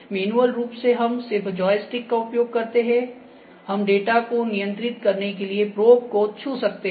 manual रूप में हम सिर्फ जॉयस्टिक का उपयोग करते हैं हम डेटा को नियंत्रित करने के लिए प्रोब को छू सकते हैं